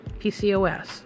PCOS